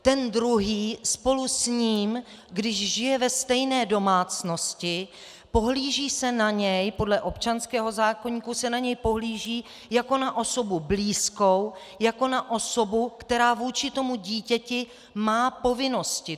Ten druhý spolu s ním, když žije ve stejné domácnosti, pohlíží se na něj podle občanského zákoníku se na něj pohlíží jako na osobu blízkou, jako na osobu, která vůči tomu dítěti má povinnosti.